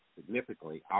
significantly